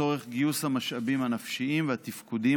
לצורך גיוס המשאבים הנפשיים והתפקודיים